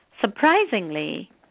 surprisingly